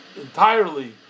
entirely